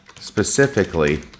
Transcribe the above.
specifically